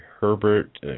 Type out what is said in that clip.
Herbert